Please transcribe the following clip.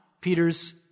Peter's